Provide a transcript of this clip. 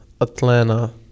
atlanta